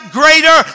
greater